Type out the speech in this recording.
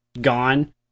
gone